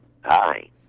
Hi